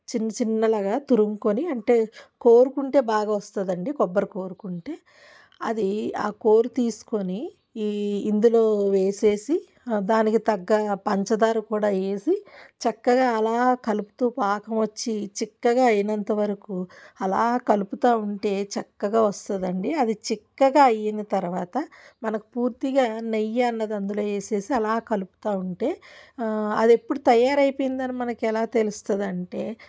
చిన్న చిన్నలాగా తురుముకొని అంటే కోరుకుంటే బాగా వస్తుంది అండి కొబ్బరి కోరుకుంటే అది ఆ కోరు తీసుకొని ఈ ఇందులో వేసేసి దానికి తగ్గ పంచదార కూడా ఏసి చక్కగా అలా కలుపుతూ పాకం వచ్చి చిక్కగా అయినంతవరకు అలా కలుపుతా ఉంటే చక్కగా వస్తాదండి అది చిక్కగా అయిన తర్వాత మనకు పూర్తిగా నెయ్యి అన్నది అందులో ఏసేసి అలా కలుపుతా ఉంటే అది ఎప్పుడు తయారయిపోయిందని మనకి ఎలా తెలుస్తుంది అంటే